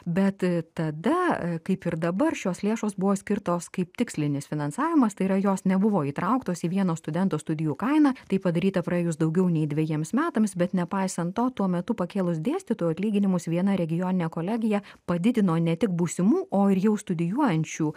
bet tada kaip ir dabar šios lėšos buvo skirtos kaip tikslinis finansavimas tai yra jos nebuvo įtrauktos į vieno studento studijų kainą tai padaryta praėjus daugiau nei dvejiems metams bet nepaisant to tuo metu pakėlus dėstytojų atlyginimus viena regioninė kolegija padidino ne tik būsimų o ir jau studijuojančių